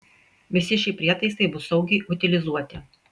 visi šie prietaisai bus saugiai utilizuoti